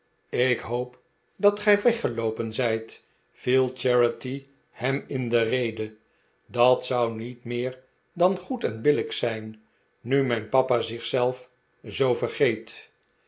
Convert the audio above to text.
ik hoop dat gij weggeloopen zijt viel charity hem in de rede dat zou niet meer dan goed en billijk zijn nu mijn papa zich zelf zoo vergeet